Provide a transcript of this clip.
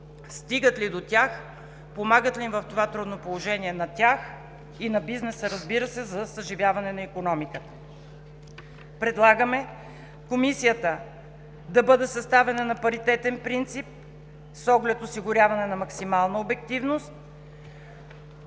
стигат ли до тях, помагат ли им в това трудно положение, и на бизнеса, разбира се, за съживяване на икономиката. Предлагаме Комисията да бъде съставена на паритетен принцип с оглед осигуряване на максимална обективност